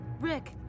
Rick